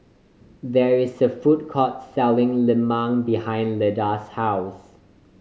there is a food court selling lemang behind Leda's house